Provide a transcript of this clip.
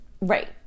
Right